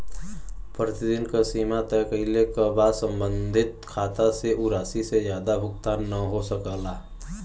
प्रतिदिन क सीमा तय कइले क बाद सम्बंधित खाता से उ राशि से जादा भुगतान न हो सकला